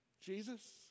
Jesus